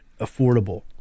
affordable